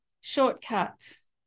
shortcuts